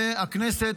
והכנסת,